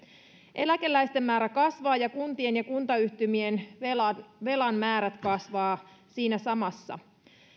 eläkeläisten määrä kasvaa ja kuntien ja kuntayhtymien velan velan määrät kasvavat siinä samassa